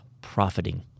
profiting